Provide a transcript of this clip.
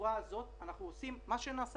בצורה הזאת אנחנו עושים מה שנעשה